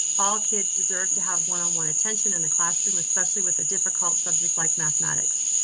all kids deserve to have one on one attention in the classroom, especially with a difficult subject like mathematics.